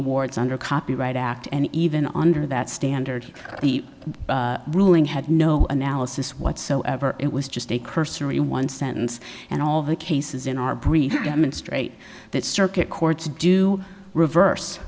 awards under copyright act and even under that standard the ruling had no analysis whatsoever it was just a cursory one sentence and all the cases in our brief demonstrate that circuit courts do reverse